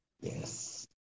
yes